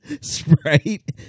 Sprite